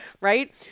right